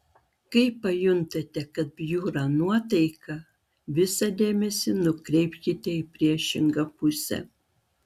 kai pajuntate kad bjūra nuotaika visą dėmesį nukreipkite į priešingą pusę